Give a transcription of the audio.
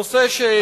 נושא שדובר בו.